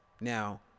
Now